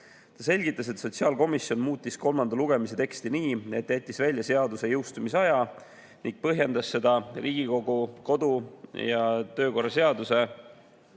Ta selgitas, et sotsiaalkomisjon muutis kolmanda lugemise teksti nii, et jättis välja seaduse jõustumise aja ning põhjendas seda Riigikogu kodu- ja töökorra seaduse